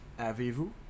avez-vous